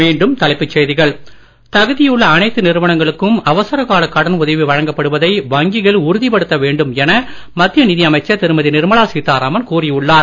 மீண்டும் தலைப்புச் செய்திகள் தகுதியுள்ள அனைத்து நிறுவனங்களுக்கும் அவசர கால கடன் உதவி வழங்கப்படுவதை வங்கிகள் உறுதிப்படுத்த வேண்டும் என மத்திய நிதியமைச்சர் திருமதி நிர்மலா சீதாராமன் கூறி உள்ளார்